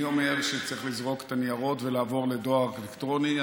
אני אומר שצריך לזרוק את הניירות ולעבור לדואר אלקטרוני.